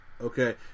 Okay